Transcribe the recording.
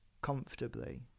comfortably